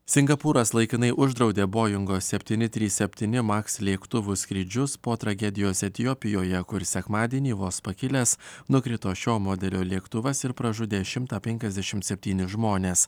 singapūras laikinai uždraudė boingo septyni trys septyni maks lėktuvų skrydžius po tragedijos etiopijoje kur sekmadienį vos pakilęs nukrito šio modelio lėktuvas ir pražudė šimtą penkiasdešim septynis žmones